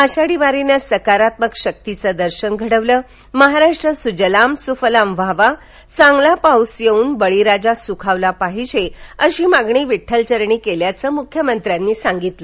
आषाढी वारीनं सकारात्मक शक्तीचं दर्शन घडवलं महाराष्ट्र सुजलाम सुफलाम व्हावा चांगला पाऊस येऊन बळीराजा सुखावला पाहिजे अशी मागणी विठ्ठल चरणी केल्याचं मुख्यमंत्र्यानी सांगितलं